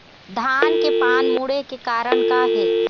धान के पान मुड़े के कारण का हे?